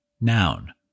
Noun